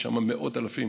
יש שם מאות אלפים